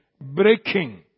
breaking